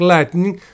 Lightning